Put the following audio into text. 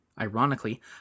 ironically